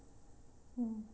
mm